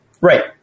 Right